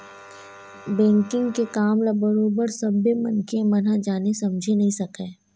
banking के काम ल बरोबर सब्बे मनखे मन ह जाने समझे नइ सकय